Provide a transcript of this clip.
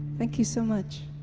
thank you so much.